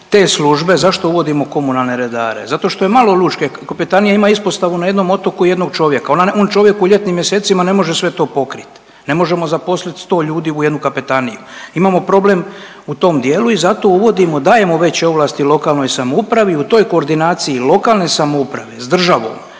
te službe, zašto uvodimo komunalne redare, zato što je malo lučke, kapetanija ima ispostavu na jednom otoku jednog čovjeka. Ona, on čovjek u ljetnim mjesecima ne može sve to pokrit. Ne možemo zaposlit 100 ljudi u jednu kapetaniju. Imamo problem u tom dijelu i zato uvodimo, dajemo veće ovlasti lokalnoj samoupravi. I u toj koordinaciji lokalne samouprave s državom,